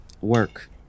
work